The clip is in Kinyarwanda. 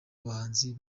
abahanzi